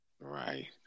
Right